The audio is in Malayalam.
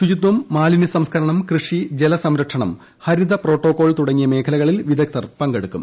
ശുചിത്വം മാലിന്യ സംസ്ക്കരണം കൃഷി ജലസംരക്ഷണം ഹരിത പ്രോട്ടോക്കോൾ തുടങ്ങിയ മേഖലകളിൽ വിദഗ്ദ്ധർ പങ്കെടുക്കും